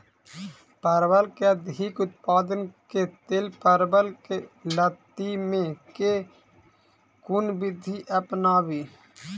परवल केँ अधिक उत्पादन केँ लेल परवल केँ लती मे केँ कुन विधि अपनाबी?